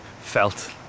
felt